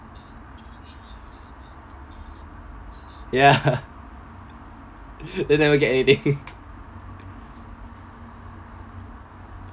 ya then never get anything